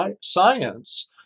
science